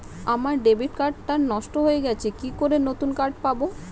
আমার debit card টা নষ্ট হয়ে গেছে কিভাবে নতুন কার্ড পাব?